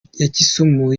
kisumu